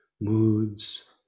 moods